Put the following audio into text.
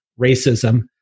racism